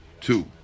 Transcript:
two